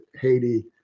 Haiti